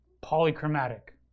Polychromatic